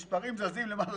המספרים זזים למטה,